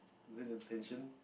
than attention